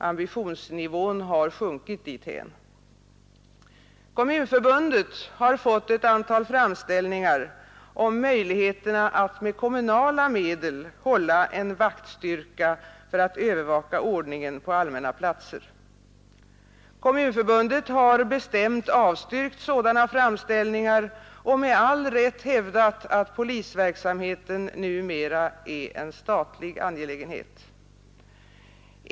Ambitionsnivån har sjunkit dithän. Kommunförbundet har fått ett antal framställningar om möjligheterna att med kommunala medel hålla en vaktstyrka för att övervaka ordningen på allmänna platser. Kommunförbundet har bestämt avstyrkt sådana framställningar och med all rätt hävdat att polisverksamheten numera är en statlig angelägenhet.